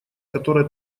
которая